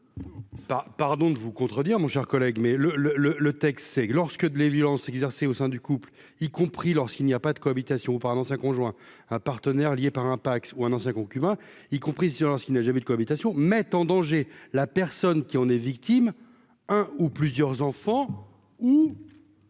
pardon de vous contredire, mon cher collègue, mais le le le le texte, c'est lorsque les violences exercées au sein du couple, y compris lorsqu'il n'y a pas de cohabitation par l'ancien conjoint un partenaire lié par un Pacs ou un ancien concubin, y compris sur ce qui n'a jamais eu de cohabitation mettent en danger. La personne qui en est victime, un ou plusieurs enfants ou.